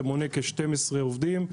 שמונה כ-12 עובדים,